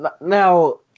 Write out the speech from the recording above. now